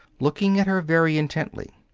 looking at her very intently,